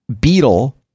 beetle